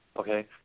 okay